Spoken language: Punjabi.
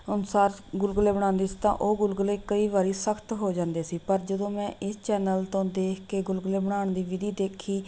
ਅਨੁਸਾਰ ਗੁਲਗੁਲੇ ਬਣਾਉਂਦੀ ਸੀ ਤਾਂ ਉਹ ਗੁਲਗੁਲੇ ਕਈ ਵਾਰੀ ਸਖਤ ਹੋ ਜਾਂਦੇ ਸੀ ਪਰ ਜਦੋਂ ਮੈਂ ਇਸ ਚੈਨਲ ਤੋਂ ਦੇਖ ਕੇ ਗੁਲਗੁਲੇ ਬਣਾਉਣ ਦੀ ਵਿਧੀ ਦੇਖੀ